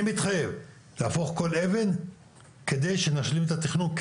אני מתחייב להפוך כל אבן על מנת שנשלים את התכנון,